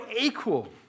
equal